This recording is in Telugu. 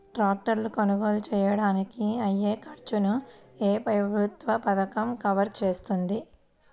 ట్రాక్టర్ కొనుగోలు చేయడానికి అయ్యే ఖర్చును ఏ ప్రభుత్వ పథకం కవర్ చేస్తుంది?